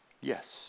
Yes